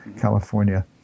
California